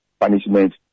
punishment